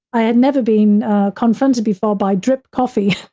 i had never been confronted before by drip coffee,